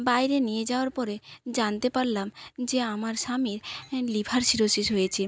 বাইরে নিয়ে যাওয়ার পরে জানতে পারলাম যে আমার স্বামীর হ্যাঁ লিভার সিরোসিস হয়েছে